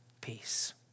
peace